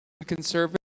conservative